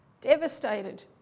devastated